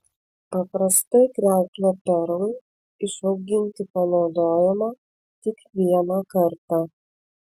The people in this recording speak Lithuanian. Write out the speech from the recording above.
paprastai kriauklė perlui išauginti panaudojama tik vieną kartą